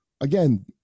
Again